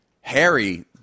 Harry